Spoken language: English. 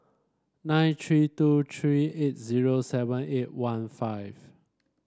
nine three two three eight zero seven eight one five